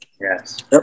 Yes